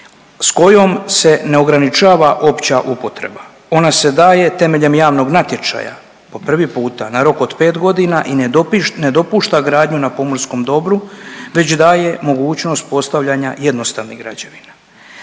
s kojom se ne ograničava opća upotreba, ona se daje temeljem javnog natječaja po prvi puta na rok od 5 godina i ne dopušta gradnju na pomorskom dobru već daje mogućnost postavljanja jednostavne građevine.